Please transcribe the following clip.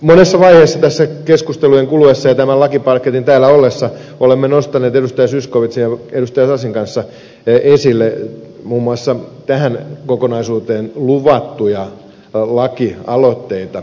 monessa vaiheessa tässä keskustelujen kuluessa ja tämän lakipaketin täällä ollessa olemme nostaneet edustajien zyskowicz ja sasi kanssa esille muun muassa tähän kokonaisuuteen luvattuja lakialoitteita